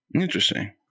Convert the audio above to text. interesting